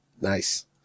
Nice